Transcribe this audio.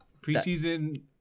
preseason